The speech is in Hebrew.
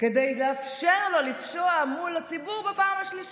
כדי לאפשר לו לפשוע מול הציבור בפעם השלישית.